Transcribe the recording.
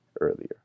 earlier